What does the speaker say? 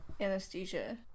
anesthesia